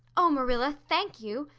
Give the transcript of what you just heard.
oh, marilla, thank you.